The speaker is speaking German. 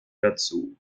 dazu